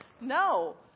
No